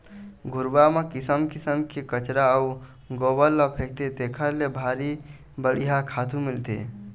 घुरूवा म किसम किसम के कचरा अउ गोबर ल फेकथे तेखर ले भारी बड़िहा खातू मिलथे